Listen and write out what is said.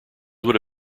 would